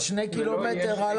את 2 הקילומטר של